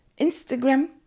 Instagram